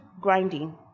grinding